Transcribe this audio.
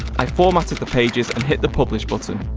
i formatted the pages and hit the publish button.